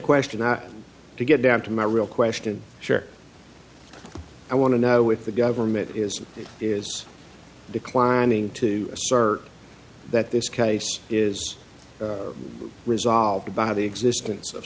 question not to get down to my real question sure i want to know if the government is is declining to assert that this case is resolved by the existence of